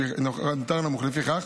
לפיכך,